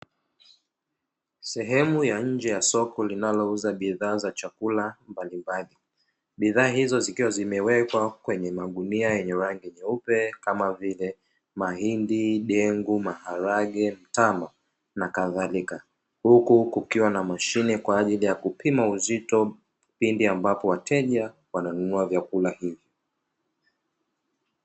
Sehemu ya nje ya soko linalouza bidhaa za chakula mbalimbali. Bidhaa hizo zikiwa zimewekwa kwenye magunia yenye rangi nyeupe, kama vile: mahindi, dengu, maharage, mtama na kadhalika huku kukiwa na mashine kwa ajili ya kupima uzito, pindi ambapo wateja wananunua vyakula hivyo.